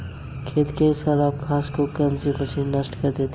खेत में से खराब घास को कौन सी मशीन नष्ट करेगी?